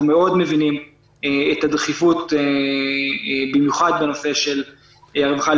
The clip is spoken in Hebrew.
מאוד מבינים את הדחיפות במיוחד בנושא של הרווחה,